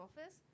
office